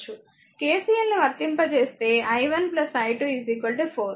KCL ను వర్తింపజేస్తే i1 i2 4 ఎందుకంటే